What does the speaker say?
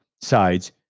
sides